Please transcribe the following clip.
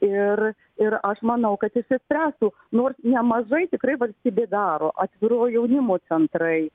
ir ir aš manau kad išsispręstų nors nemažai tikrai valstybė daro atviro jaunimo centrai